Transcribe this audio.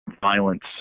violence